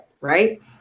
Right